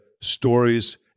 stories